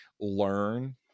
learn